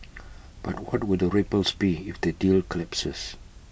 but what would the ripples be if the deal collapses